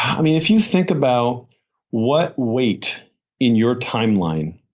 i mean if you think about what weight in your timeline